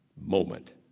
moment